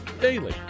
daily